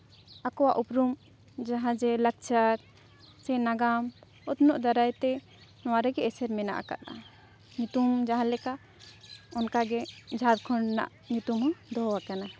ᱟᱠᱚᱣᱟᱜ ᱩᱯᱨᱩᱢ ᱡᱟᱦᱟᱸ ᱡᱮ ᱞᱟᱠᱪᱟᱨ ᱥᱮ ᱱᱟᱜᱟᱢ ᱩᱛᱱᱟᱹᱜ ᱫᱟᱨᱟᱭ ᱛᱮ ᱱᱚᱣᱟ ᱨᱮᱜᱮ ᱮᱥᱮᱨ ᱢᱮᱱᱟᱜ ᱟᱠᱟᱜᱼᱟ ᱱᱤᱛᱚᱝ ᱡᱟᱦᱟᱸ ᱞᱮᱠᱟ ᱚᱱᱠᱟᱜᱮ ᱡᱷᱟᱲᱠᱷᱚᱸᱰ ᱨᱮᱱᱟᱜ ᱧᱩᱛᱩᱢ ᱦᱚᱸ ᱫᱚᱦᱚᱣᱟᱠᱟᱱᱟ